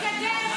תתקדם.